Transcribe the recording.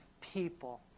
people